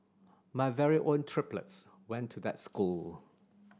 my very own triplets went to that school